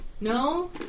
No